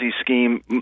scheme